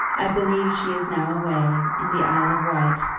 i believe she is now away, in the isle of wight,